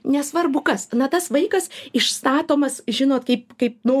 nesvarbu kas na tas vaikas išstatomas žinot kaip kaip nu